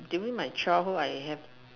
during my child hold I have